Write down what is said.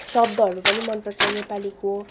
शब्दहरू पनि मन पर्छ नेपालीको